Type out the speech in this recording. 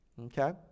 Okay